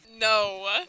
No